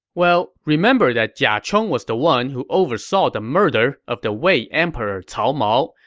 well, remember that jia chong was the one who oversaw the murder of the wei emperor cao mao,